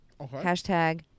Hashtag